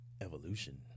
evolution